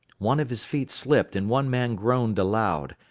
one of his feet slipped, and one man groaned aloud.